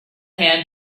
hand